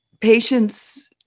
patients